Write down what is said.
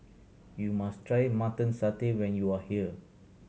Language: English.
you must try Mutton Satay when you are here